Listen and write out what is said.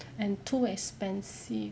and too expensive